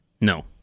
No